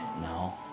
No